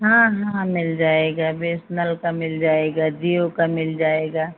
हाँ हाँ मिल जाएगा बी एस एन ल का मिल जाएगा जिओ का मिल जाएगा